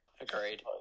Agreed